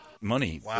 money